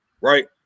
right